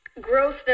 growth